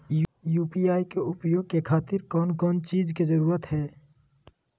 UPI के उपयोग के खातिर कौन कौन चीज के जरूरत है?